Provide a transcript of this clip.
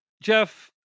Jeff